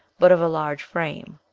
but of a large frame.